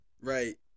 right